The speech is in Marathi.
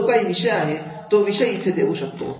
जो काही विषय आहे तो विषय इथे देऊ शकतो